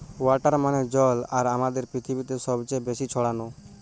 water মানে জল আর আমাদের পৃথিবীতে সবচে বেশি ছড়ানো